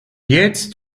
jetzt